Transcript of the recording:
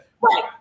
Right